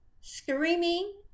Screaming